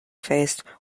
faced